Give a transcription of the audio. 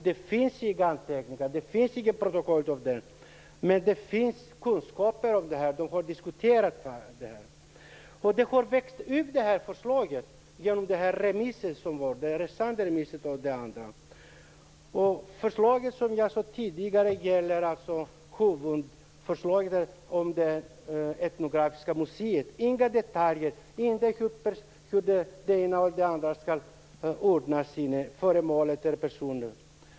Det finns inga anteckningar, inget protokoll, som ordföranden säger, men det finns kunskap. Det hela har växt fram under resanderemissen. Som jag tidigare sade gäller huvudförslaget det etnografiska museet, inga detaljer, ingenting om hur det ena eller det andra skall ordnas, föremål eller personal.